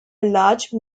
large